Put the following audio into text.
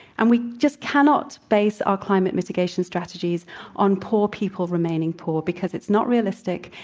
and we just cannot base our climate mitigation strategies on poor people remaining poor. because it's not realistic,